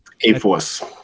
A-Force